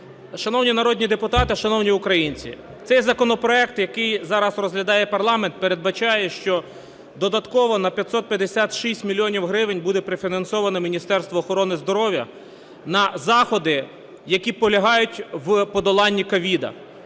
Шановні народні депутати, шановні українці, цей законопроект, який зараз розглядає парламент, передбачає, що додатково на 556 мільйонів гривень буде профінансовано Міністерство охорони здоров'я на заходи, які полягають в подоланні COVID,